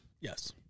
Yes